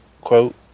quote